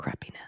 crappiness